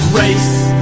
race